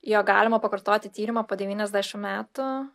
jog galima pakartoti tyrimą po devyniasdešimt metų